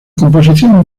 composición